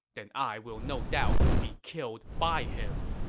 then i will no doubt be killed by him.